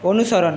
অনুসরণ